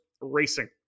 racing